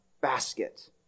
basket